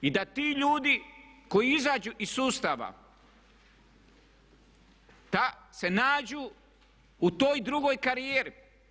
I da ti ljudi koji izađu iz sustava da se nađu u toj drugoj karijeri.